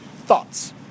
Thoughts